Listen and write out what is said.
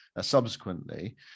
subsequently